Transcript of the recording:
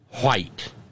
white